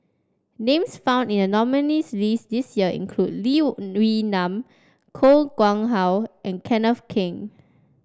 names found in the nominees' list this year include Lee Wee Nam Koh Nguang How and Kenneth Keng